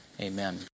Amen